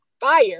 fire